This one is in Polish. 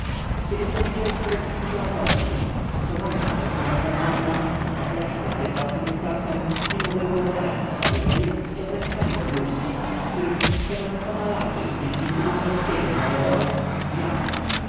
kiedym go widział w tureckim szlafroku w haftowanych paciorkami pantoflach i w czapeczce z jedwabnym kutasem nie mogłem wyobrazić sobie że jest to ten sam wokulski który przed czternastoma laty w piwnicy machalskiego zawołał ja